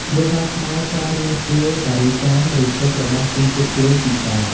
គ្រួសារខ្មែរខ្លះរៀនធ្វើការីចាម ឬស៊ុបរបស់ជនជាតិកួយពិសា។